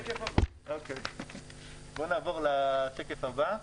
בוא נעבור לשקף הבא.